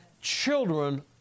Children